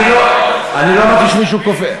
אני לא אמרתי שמישהו כופה.